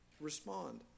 respond